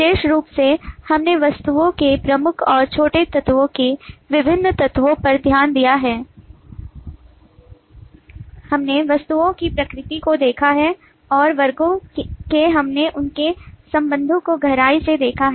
विशिष्ट रूप से हमने वस्तुओं के प्रमुख और छोटे तत्वों के विभिन्न तत्वों पर ध्यान दिया है हमने वस्तुओं की प्रकृति को देखा है और वर्गों के हमने उनके संबंधों को गहराई से देखा है